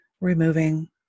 removing